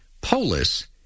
polis